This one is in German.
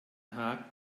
haag